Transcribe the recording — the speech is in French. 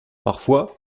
parfois